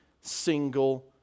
single